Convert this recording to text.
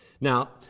Now